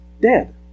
Dead